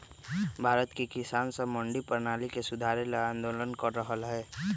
भारत के किसान स मंडी परणाली सुधारे ल आंदोलन कर रहल हए